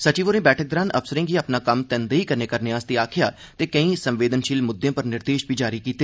सचिव होरें बैठक दौरान अफसरें गी अपना कम्म तनदेयी कन्नै करने आस्तै आक्खेआ ते कोई संवेदनषील मुद्दें पर निर्देष बी जारी कीते